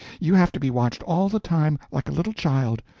you have to be watched all the time, like a little child,